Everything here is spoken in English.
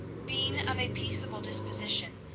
being of a peaceable disposition,